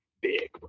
big